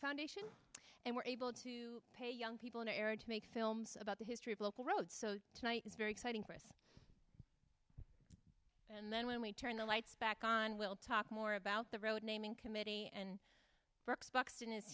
foundation and we're able to pay young people in the area to make films about the history of local roads so tonight is very exciting for us and then when we turn the lights back on we'll talk more about the road naming committee and brooks buxton is